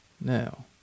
Now